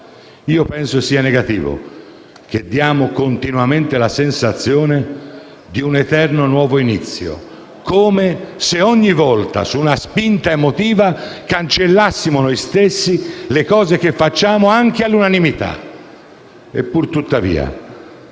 Penso sia negativo che diamo continuamente la sensazione di un eterno nuovo inizio, come se ogni volta, su una spinta emotiva, cancellassimo noi stessi le cose che facciamo anche all'unanimità. Pur tuttavia,